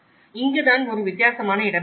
இங்கு தான் ஒரு வித்தியாசமான இடம் வருகிறது